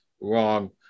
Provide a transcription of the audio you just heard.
wrong